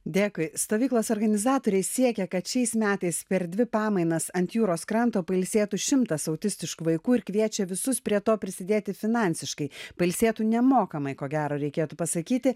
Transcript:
dėkui stovyklos organizatoriai siekia kad šiais metais per dvi pamainas ant jūros kranto pailsėtų šimtas autistiškų vaikų ir kviečia visus prie to prisidėti finansiškai pailsėtų nemokamai ko gero reikėtų pasakyti